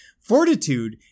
Fortitude